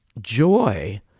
joy